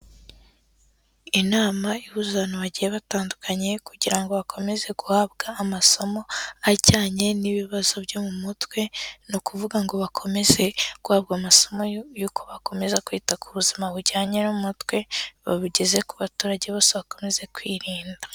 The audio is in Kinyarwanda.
Inama ihuza abantu bagiye batandukanye, kugira ngo bakomeze guhabwa amasomo ajyanye n'ibibazo byo mu mutwe, ni ukuvuga ngo bakomeze guhabwa amasomo yuko bakomeza kwita ku buzima bujyanye no mu mutwe, babugeze ku baturage bose bakomeze kwirinda.